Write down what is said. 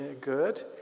good